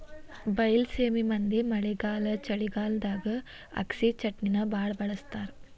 ಬೈಲಸೇಮಿ ಮಂದಿ ಮಳೆಗಾಲ ಚಳಿಗಾಲದಾಗ ಅಗಸಿಚಟ್ನಿನಾ ಬಾಳ ಬಳ್ಸತಾರ